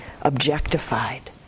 objectified